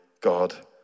God